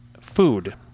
food